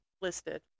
listed